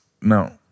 No